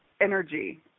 energy